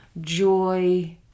joy